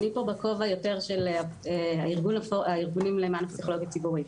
אני פה בכובע יותר של הארגונים למען הפסיכולוגיה הציבורית.